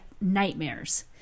nightmares